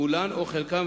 כולן או חלקן,